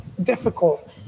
difficult